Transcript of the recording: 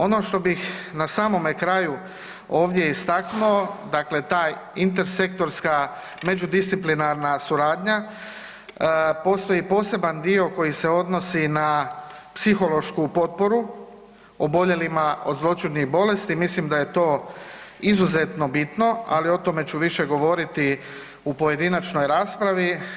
Ono što bih na samome kraju ovdje istaknuo, dakle taj intersektorska međudisciplinarna suradnja postoji poseban dio koji se odnosi na psihološku potporu oboljelima od zloćudnih bolesti, mislim da je to izuzetno bitno, ali o tome ću više govoriti o pojedinačnoj raspravi.